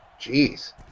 jeez